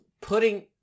putting